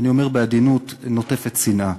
אני אומר בעדינות, נוטפת שנאה.